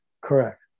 correct